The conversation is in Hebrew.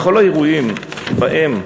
בכל האירועים שבהם